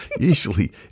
Usually